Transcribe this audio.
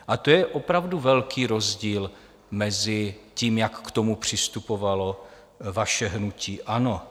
A to je opravdu velký rozdíl mezi tím, jak k tomu přistupovalo vaše hnutí ANO.